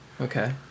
Okay